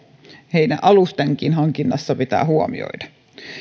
heidän alustensakin hankinnassa pitää huomioida